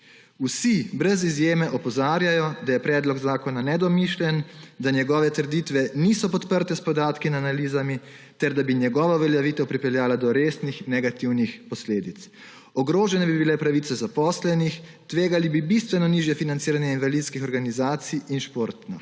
Vsi, brez izjeme, opozarjajo, da je predlog zakona nedomišljen, da njegove trditve niso podprte s podatki in analizami ter da bi njegova uveljavitev pripeljala do resnih negativnih posledic. Ogrožene bi bile pravice zaposlenih, tvegali bi bistveno nižje financiranje invalidskih organizacij in športa.